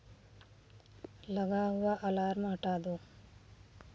लगा हुआ अलार्म हटा दो